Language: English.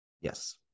Yes